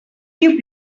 you